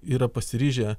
yra pasiryžę